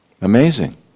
amazing